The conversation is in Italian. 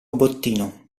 bottino